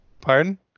Pardon